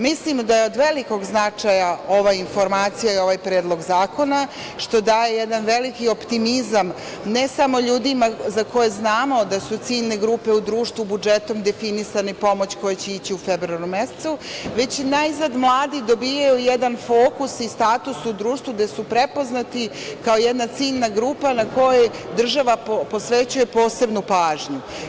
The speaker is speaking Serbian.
Mislim da je od velikog značaja ova informacija i ovaj predlog zakona, što daje jedan veliki optimizam ne samo ljudima za koje znamo da su ciljne grupe u društvu budžetom definisana i pomoć koja će ići u februaru mesecu, već i najzad mladi dobijaju jedan fokus i status u društvu, gde su prepoznati kao jedna ciljna grupa na kojoj država posvećuje posebnu pažnju.